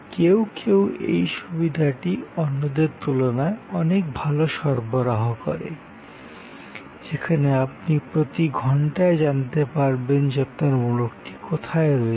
কেউ কেউ এই সুবিধাটি অন্যদের তুলনায় অনেক ভাল সরবরাহ করে যেখানে আপনি প্রতি ঘন্টায় জানতে পারবেন যে আপনার মোড়কটি কোথায় রয়েছে